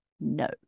No